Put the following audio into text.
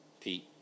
Pete